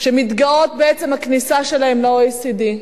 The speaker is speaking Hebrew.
שמתגאות בעצם הכניסה שלהן ל-OECD,